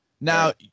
now